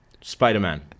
Spider-Man